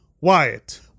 Wyatt